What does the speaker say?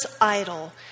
idol